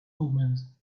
omens